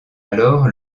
alors